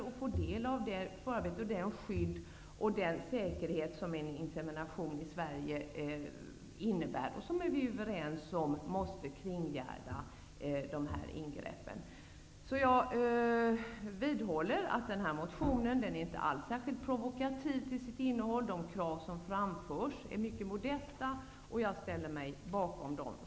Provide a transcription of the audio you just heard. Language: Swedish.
De skulle därigenom få del av det skydd och den säkerhet som en insemination i Sverige innebär, och som vi är överens om måste kringgärda dessa ingrepp. Jag vidhåller att denna motion inte alls är särskilt provokativ till sitt innehåll. De krav som framförs är mycket modesta, och jag ställer mig bakom dem.